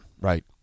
right